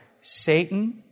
Satan